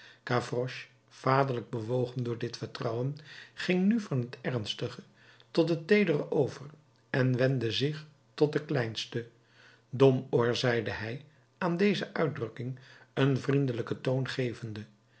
gavroche vaderlijk bewogen door dit vertrouwen ging nu van het ernstige tot het teedere over en wendde zich tot den kleinste domoor zeide hij aan deze uitdrukking een vriendelijken toon gevende